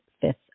fifth